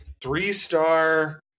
three-star